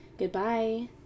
Goodbye